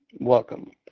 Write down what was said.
Welcome